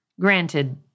Granted